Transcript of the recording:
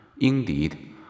Indeed